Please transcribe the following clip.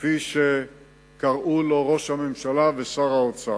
כפי שקראו לו ראש הממשלה ושר האוצר.